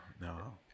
no